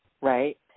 right